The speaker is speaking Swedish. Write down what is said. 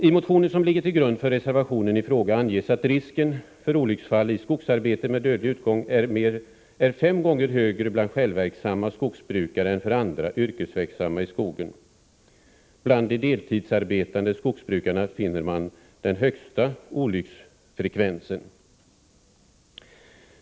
I motionen som ligger till grund för reservationen i fråga anges, att risken för olycksfall med dödlig utgång i skogsarbetet är fem gånger högre för självverksamma skogsbrukare än för andra yrkesverksamma i skogen. Bland de deltidsarbetande skogsbrukarna finner man den högsta olycksfrekvensen.